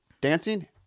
dancing